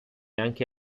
anche